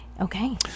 Okay